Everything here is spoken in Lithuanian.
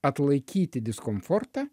atlaikyti diskomfortą